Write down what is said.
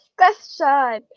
question